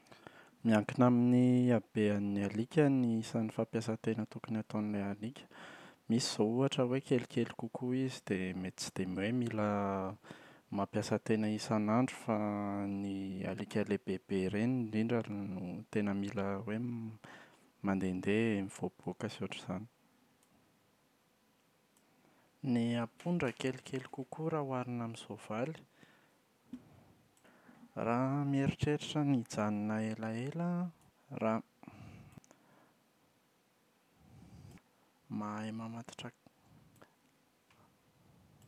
Miankina amin’ny haben’ny alika ny isan’ny fampiasan-tena tokony ataon’ilay alika. Misy izao ohatra hoe kelikely kokoa izy dia mety tsy dia hoe mila mampiasa tena isan’andro fa ny alika lehibehibe ireny, indrindra no tena mila hoe m- mandehandeha, mivoaboaka sy ohatra izany. Ny ampondra kelikely kokoa raha oharina amin’ny soavaly. Raha mieritreritra ny hijanona elaela aho an raha- Mahay mamatotra